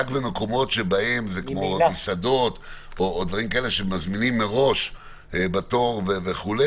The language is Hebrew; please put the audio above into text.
אלא רק במקומות כמו מסעדות ודברים כאלה שמזמינים מראש בתור וכולי.